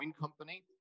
company